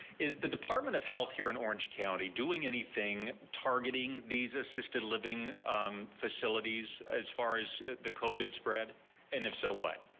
is the department of health here in orange county doing anything targeting these assisted um facilities as far as the covid spread and if so what.